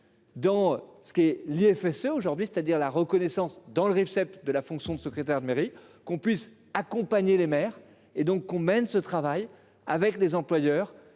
Dans ce qui est lié FSE aujourd'hui, c'est-à-dire la reconnaissance dans le Rifseep de la fonction de secrétaire de mairie, qu'on puisse accompagner les maires et donc qu'on mène ce travail avec les employeurs.